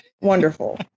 Wonderful